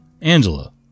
Angela